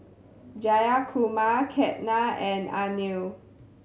Jayakumar Ketna and Anil